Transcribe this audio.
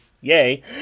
Yay